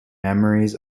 memories